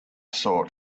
sought